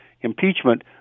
impeachment